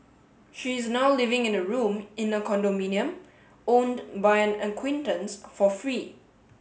she is now living in a room in a condominium owned by an acquaintance for free